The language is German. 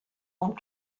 und